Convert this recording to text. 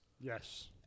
Yes